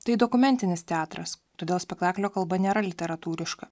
tai dokumentinis teatras todėl spektaklio kalba nėra literatūriška